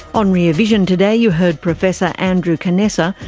on rear vision today you heard professor andrew canessa,